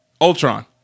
Ultron